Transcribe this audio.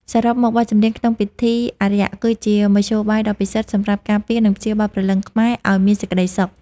សរុបមក បទចម្រៀងក្នុងពិធីអារក្ស គឺជាមធ្យោបាយដ៏ពិសិដ្ឋសម្រាប់ការពារ និងព្យាបាលព្រលឹងខ្មែរឱ្យមានសេចក្ដីសុខ។